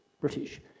British